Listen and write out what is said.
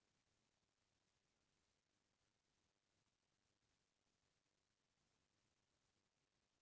का आप मन मोला बता सकथव के मोर खाता ह चालू खाता ये के बचत खाता?